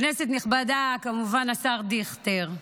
כנסת נכבדה, כמובן השר דיכטר,